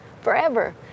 forever